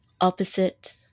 opposite